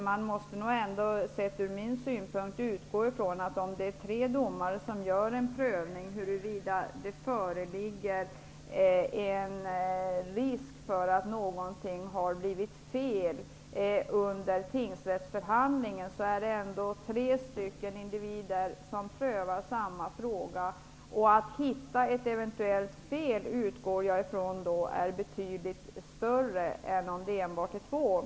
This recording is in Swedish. Man måste enligt min mening utgå ifrån, att om tre domare gör en prövning av huruvida det föreligger en risk för att någonting har blivit fel under tingsrättsförhandlingen, är det ändå tre individer som prövar samma fråga. Jag utgår ifrån att chansen att hitta ett eventuellt fel då är betydligt större än om prövningen görs av enbart två personer.